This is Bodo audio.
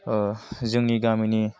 जोंनि गामिनि